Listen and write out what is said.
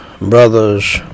brothers